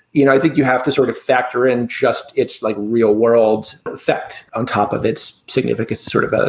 you know, i think you have to sort of factor in just it's like real world effect on top of its significance, sort of, ah